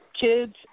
kids